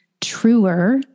truer